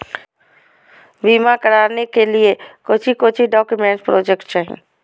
बीमा कराने के लिए कोच्चि कोच्चि डॉक्यूमेंट प्रोजेक्ट चाहिए?